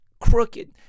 crooked